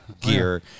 gear